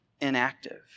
inactive